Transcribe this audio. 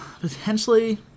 potentially